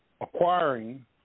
acquiring